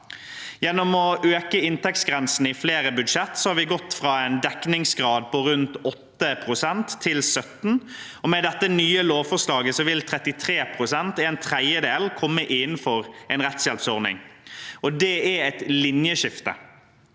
Gjennom å øke inntektsgrensen i flere budsjett har vi gått fra en dekningsgrad på rundt 8 pst. til 17 pst. Med dette nye lovforslaget vil 33 pst. – en tredjedel – komme innenfor en rettshjelpsordning. Det er et linjeskifte.